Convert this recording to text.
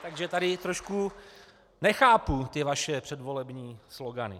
Takže tady trošku nechápu ty vaše předvolební slogany.